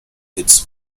its